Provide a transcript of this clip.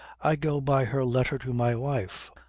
i go by her letter to my wife.